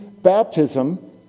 baptism